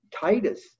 titus